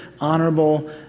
honorable